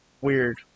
weird